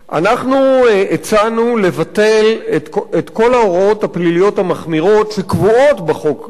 אנחנו הצענו לבטל את כל ההוראות הפליליות המחמירות שקבועות בחוק למניעת